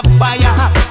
fire